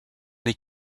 les